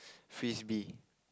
frisbee